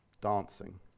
Dancing